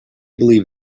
believe